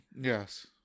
Yes